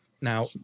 Now